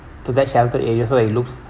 to that shelter area so it looks